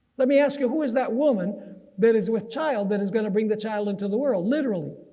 let me ask you who is that woman that is with child that is gonna bring the child into the world literally.